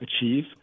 achieve